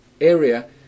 area